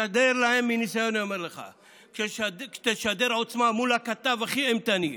מניסיון אני אומר לך: כשתשדר עוצמה מול הכתב הכי אימתני,